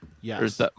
yes